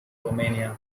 romania